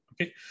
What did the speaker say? okay